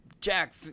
Jack